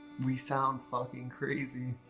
we sound fucking crazy.